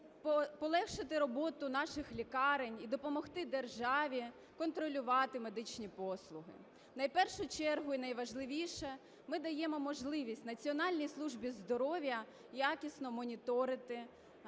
полегшити роботу наших лікарень і допомогти державі контролювати медичні послуги. В найпершу чергу і найважливіше, ми даємо можливість Національній службі здоров'я якісно моніторити